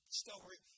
story